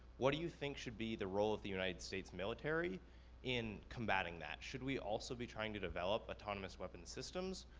what do you think should be the role of the united states' military in combatting that? should we also be trying to develop autonomous weapons systems,